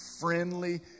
friendly